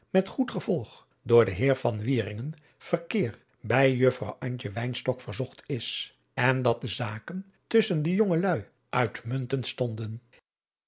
met goed gevolg door den heer van wieringen verkeer bij juffrouw antje wynstok verzocht is en dat de zaken tusschen de jonge luê uitmuntend stonden